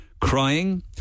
crying